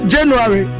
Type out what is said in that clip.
January